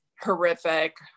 horrific